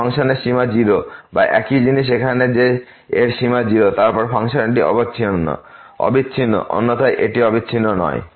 এই ফাংশনের সীমা 0 বা একই জিনিস এখানে যে এর সীমা 0 তারপর ফাংশনটি অবিচ্ছিন্ন অন্যথায় এটি অবিচ্ছিন্ন নয়